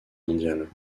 mondiale